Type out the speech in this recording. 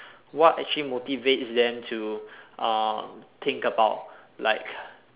what actually motivates them to uh think about like